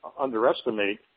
underestimate